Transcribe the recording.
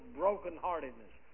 brokenheartedness